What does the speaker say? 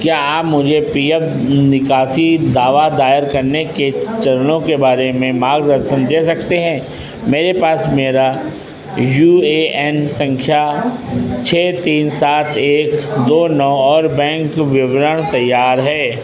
क्या आप मुझे पी एफ निकासी दावा दायर करने के चरणों के बारे में मार्गदर्शन दे सकते हैं मेरे पास मेरा यू ए एन संख्या छः तीन सात एक दो नौ और बैंक विवरण तैयार है